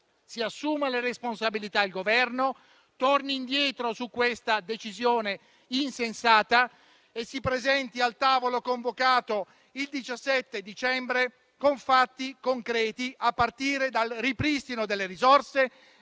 si assuma le responsabilità, torni indietro su questa decisione insensata e si presenti al tavolo convocato il 17 dicembre con fatti concreti, a partire dal ripristino delle risorse